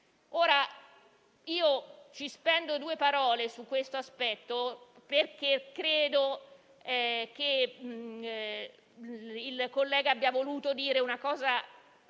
Italia. Spendo due parole su questo aspetto perché credo che il collega abbia voluto dire una cosa